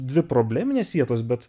dvi probleminės vietos bet